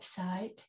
website